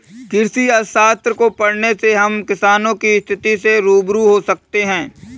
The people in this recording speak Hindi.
कृषि अर्थशास्त्र को पढ़ने से हम किसानों की स्थिति से रूबरू हो सकते हैं